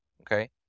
okay